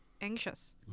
anxious